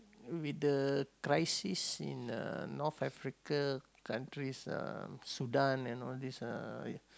with the crisis in uh North Africa countries uh Sudan and all this uh